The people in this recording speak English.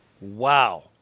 Wow